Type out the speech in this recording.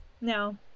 No